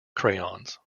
crayons